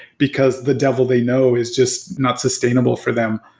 because the devil they know is just not sustainable for them.